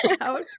out